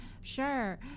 Sure